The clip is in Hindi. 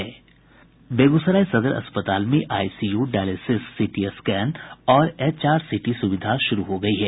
बेगूसराय सदर अस्पताल में आईसीयू डाइलेसिस सिटी स्कैन और एचआर सीटी सुविधा शुरू हो गयी है